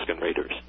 raiders